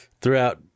throughout